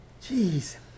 Jeez